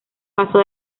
paso